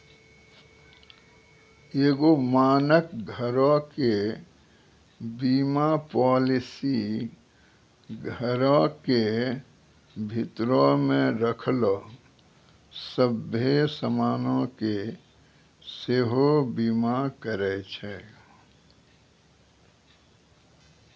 एगो मानक घरो के बीमा पालिसी घरो के भीतरो मे रखलो सभ्भे समानो के सेहो बीमा करै छै